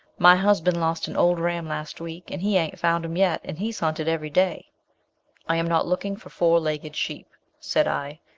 my husband lost an old ram last week, and he ain't found him yet, and he's hunted every day i am not looking for four-legged sheep said i,